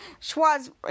Schwaz